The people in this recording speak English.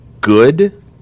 good